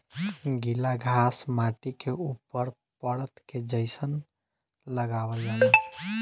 गिला घास माटी के ऊपर परत के जइसन लगावल जाला